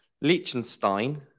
Liechtenstein